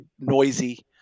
noisy